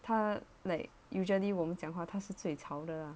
他 like usually 我们讲话他是最潮的 lah